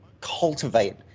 cultivate